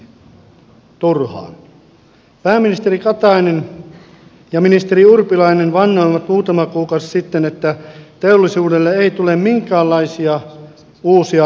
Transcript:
pääministeri katainen ja ministeri urpilainen vannoivat muutama kuukausi sitten että teollisuudelle ei tule minkäänlaisia uusia rasitteita